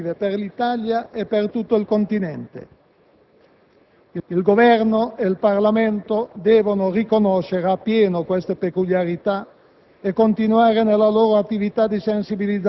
con possibili conseguenze negative per l'Italia e per tutto il continente. Il Governo e il Parlamento devono riconoscere appieno queste peculiarità